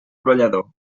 brollador